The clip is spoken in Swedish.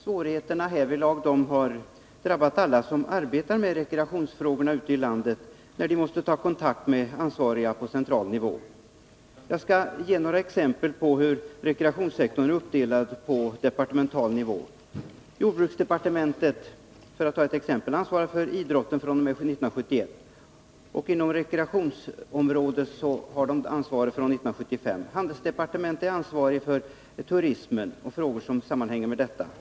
Svårigheterna härvidlag har drabbat alla som arbetar med rekreationsfrågorna ute i landet, när de t.ex. måste ta kontakt med ansvariga på central nivå. Jag skall ge några exempel på hur rekreationssektorn är uppdelad på departemental nivå. Jordbruksdepartementet ansvarar för idrotten fr.o.m. 1971 och för rekreationsområdet fr.o.m. 1975. Handelsdepartementet är ansvarigt för turismen och frågor som sammanhänger med den.